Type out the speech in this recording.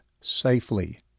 safely